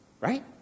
right